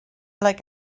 like